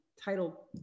title